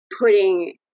putting